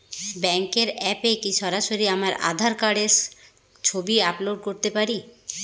ব্যাংকের অ্যাপ এ কি সরাসরি আমার আঁধার কার্ডের ছবি আপলোড করতে পারি?